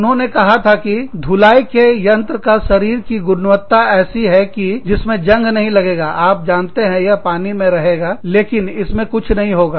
उन्होंने कहा था कि धुलाई के यंत्र का शरीर की गुणवत्ता ऐसी है कि इसमें जंग नहीं लगेगा आप जानते हैं यह पानी में रहेगा लेकिन इसमें कुछ नहीं होगा